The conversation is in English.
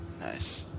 nice